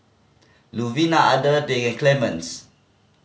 Luvinia Adelaide and Clemens